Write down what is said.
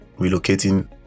relocating